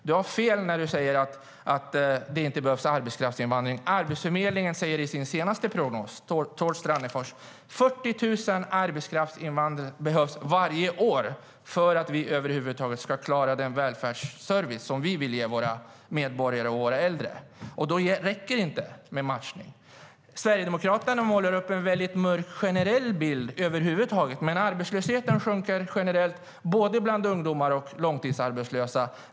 Du har fel när du säger att det inte behövs arbetskraftsinvandring. Arbetsförmedlingen säger i sin senaste prognos av Tord Strannefors att det behövs 40 000 arbetskraftsinvandrare varje år för att vi över huvud taget ska klara den välfärdsservice som vi vill ge våra medborgare och våra äldre. Då räcker det inte med matchning. Sverigedemokraterna målar över huvud taget upp en väldigt mörk generell bild. Men arbetslösheten sjunker generellt bland både ungdomar och långtidsarbetslösa.